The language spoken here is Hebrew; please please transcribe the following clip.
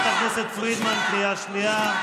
חברת הכנסת פרידמן, קריאה שנייה.